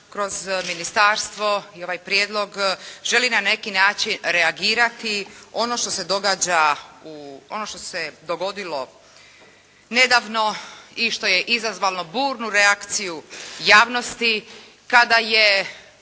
kroz ministarstvo i ovaj prijedlog želi na neki način reagirati ono što se dogodilo nedavno i što je izazvalo burnu reakciju javnosti kada je